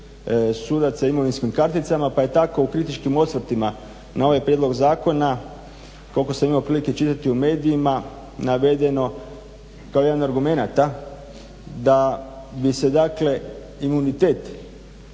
sudaca i imovinskim karticama pa je tako u kritičkim osvrtima na ovaj prijedlog zakona koliko sam imao prilike čitati u medijima navedeno kao jedan od argumenata da bi se dakle imunitet